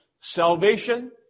salvation